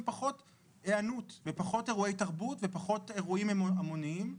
פחות היענות ופחות אירועי תרבות ופחות אירועים המוניים,